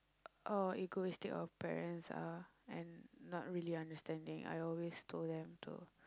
oh egoistic our parents are and not really understanding I always told them to